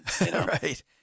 Right